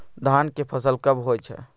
धान के फसल कब होय छै?